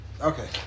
okay